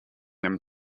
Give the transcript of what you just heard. them